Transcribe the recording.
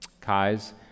Kai's